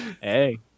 Hey